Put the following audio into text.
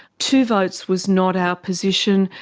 two votes was not our position.